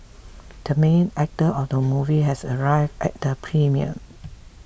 the main actor of the movie has arrived at the premiere